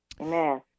Amen